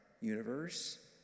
universe